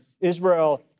Israel